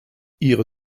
ihre